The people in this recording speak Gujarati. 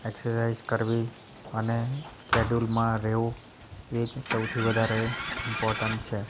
એક્સસાઇઝ કરવી અને શિડ્યુલમાં રહેવું એ જ સૌથી વધારે ઈમ્પોટન્ટ છે